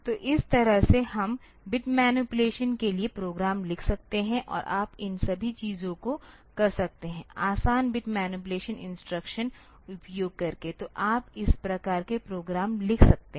तो इस तरह से हम बिट मैनीपुलेशन के लिए प्रोग्राम लिख सकते हैं और आप इन सभी चीजों को कर सकते हैं आसान बिट मैनीपुलेशन इंस्ट्रक्शन उपयोग करके तो आप इस प्रकार के प्रोग्राम लिख सकते हैं